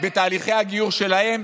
בתהליכי הגיור שלהם: